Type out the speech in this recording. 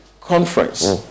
conference